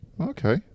Okay